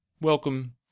Welcome